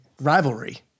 rivalry